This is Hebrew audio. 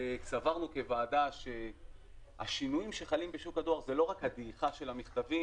וסברנו כוועדה שהשינויים שחלים בשוק הדואר זה לא רק הדעיכה של המכתבים,